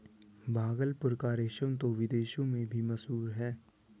भागलपुर का रेशम तो विदेशों में भी मशहूर है